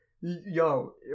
Yo